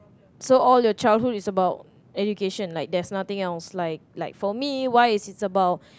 so all your childhood is about education like there's nothing else like like for me while it's it's about